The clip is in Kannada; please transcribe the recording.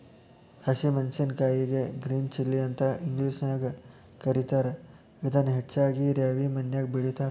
ಹಸಿ ಮೆನ್ಸಸಿನಕಾಯಿಗೆ ಗ್ರೇನ್ ಚಿಲ್ಲಿ ಅಂತ ಇಂಗ್ಲೇಷನ್ಯಾಗ ಕರೇತಾರ, ಇದನ್ನ ಹೆಚ್ಚಾಗಿ ರ್ಯಾವಿ ಮಣ್ಣಿನ್ಯಾಗ ಬೆಳೇತಾರ